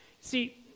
See